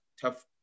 tough